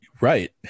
right